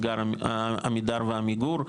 עמידר ועמיגור,